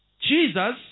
Jesus